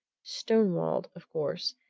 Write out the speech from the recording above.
stone-walled, of course,